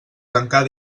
tancar